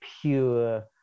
pure